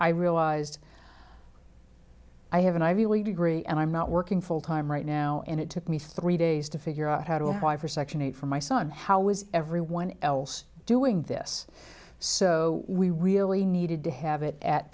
i realized i have an ivy league degree and i'm not working full time right now and it took me three days to figure out how to apply for section eight for my son how was everyone else doing this so we really needed to have it at